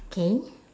okay